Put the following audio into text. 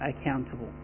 accountable